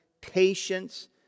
patience